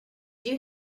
you